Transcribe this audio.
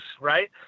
right